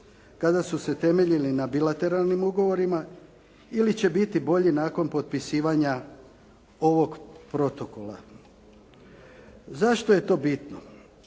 kada su se temeljili na bilateralnim ugovorima ili će biti bolji nakon potpisivanja ovog protokola. Zašto je to bitno